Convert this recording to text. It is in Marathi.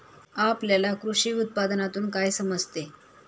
आपल्याला कृषी उत्पादनातून काय समजते?